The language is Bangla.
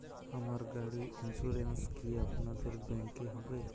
আমার গাড়ির ইন্সুরেন্স কি আপনাদের ব্যাংক এ হবে?